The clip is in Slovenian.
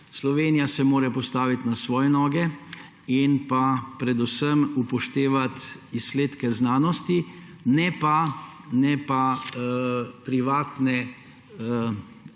Slovenija se mora postaviti na svoje noge in predvsem upoštevati izsledke znanosti, ne pa privatne